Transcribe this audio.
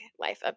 life